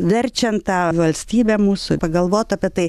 verčiant tą valstybę mūsų pagalvot apie tai